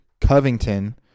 Covington